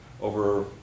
over